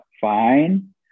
fine